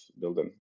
building